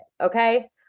okay